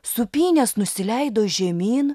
sūpynės nusileido žemyn